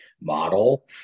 model